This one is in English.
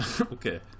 okay